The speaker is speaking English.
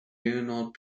leonard